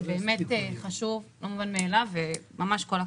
זה באמת חשוב, לא מובן מאליו וממש כל הכבוד.